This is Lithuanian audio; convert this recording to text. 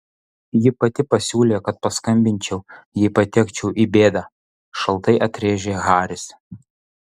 ji pati pasiūlė kad paskambinčiau jei patekčiau į bėdą šaltai atrėžė haris